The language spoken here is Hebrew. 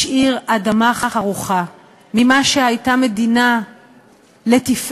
משאיר אדמה חרוכה ממה שהייתה מדינה לתפארת,